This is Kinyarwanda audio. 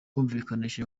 kumvikanisha